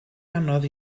anodd